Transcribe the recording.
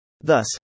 Thus